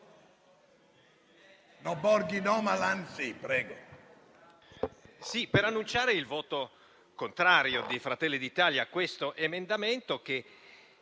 per annunciare il voto contrario di Fratelli d'Italia a questo emendamento